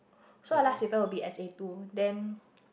so the last paper will be S_A two then